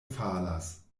falas